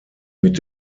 mit